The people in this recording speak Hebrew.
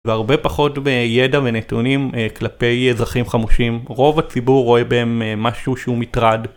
והרבה פחות בידע ונתונים כלפי אזרחים חמושים, רוב הציבור רואה בהם משהו שהוא מטרד